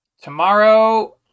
tomorrow